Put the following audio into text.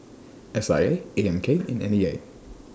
S I A A M K and N E A